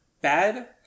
bad